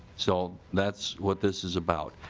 so that's what this is about.